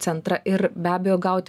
centrą ir be abejo gaut